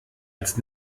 als